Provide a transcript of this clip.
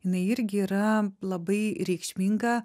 jinai irgi yra labai reikšminga